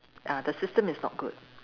ah the system is not good